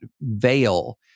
veil